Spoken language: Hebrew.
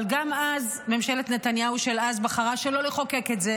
אבל גם אז ממשלת נתניהו בחרה שלא לחוקק את זה